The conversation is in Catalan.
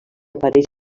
apareix